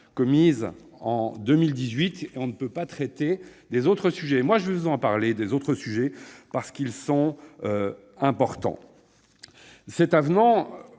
commise en 2018 et on ne peut pas traiter les autres sujets. Malgré tout, je vais vous parler de ces autres sujets, parce qu'ils sont importants. Cet avenant,